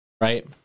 right